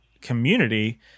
community